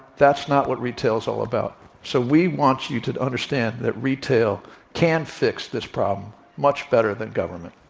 that's not what retail is all about. so, we want you to understand that retail can fix this problem much better than government.